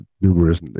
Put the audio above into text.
numerous